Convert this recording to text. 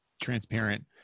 transparent